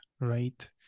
right